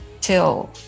till